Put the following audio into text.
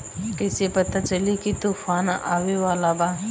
कइसे पता चली की तूफान आवा वाला बा?